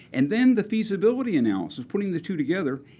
and then the feasibility analysis, putting the two together,